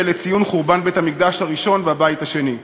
לציון חורבן בית-המקדש הראשון והשני.